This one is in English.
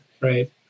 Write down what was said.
right